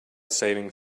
saving